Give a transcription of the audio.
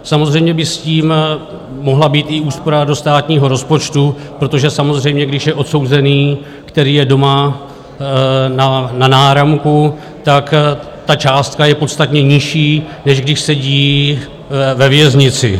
Samozřejmě by s tím mohla být i úspora do státního rozpočtu, protože samozřejmě když je odsouzený, který je doma na náramku, ta částka je podstatně nižší, než když sedí ve věznici.